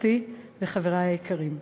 משפחתי וחברי היקרים,